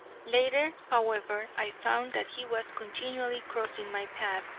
later, however, i found that he was continually crossing my path,